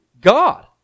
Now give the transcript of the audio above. God